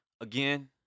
Again